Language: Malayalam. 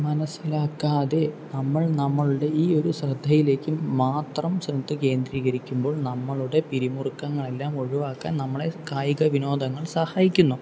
മനസ്സിലാക്കാതെ നമ്മൾ നമ്മളുടെ ഈ ഒരു ശ്രദ്ധയിലേക്ക് മാത്രം ശ്രദ്ധ കേന്ദ്രീകരിക്കുമ്പോൾ നമ്മളുടെ പിരിമുറുക്കങ്ങളെല്ലാം ഒഴിവാക്കാൻ നമ്മളെ കായിക വിനോദങ്ങൾ സഹായിക്കുന്നു